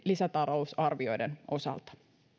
lisätalousarvioiden osalta